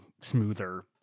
smoother